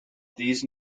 these